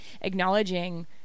acknowledging